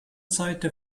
seite